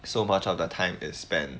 so much of the time is spent